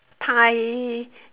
I